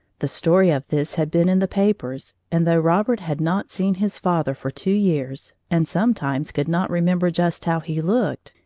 the story of this had been in the papers, and though robert had not seen his father for two years and sometimes could not remember just how he looked,